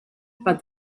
but